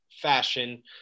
fashion